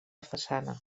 façana